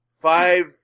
five